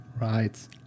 Right